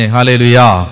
Hallelujah